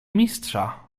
mistrza